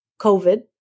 COVID